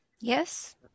Yes